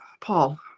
paul